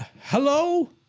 Hello